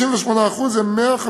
68% הם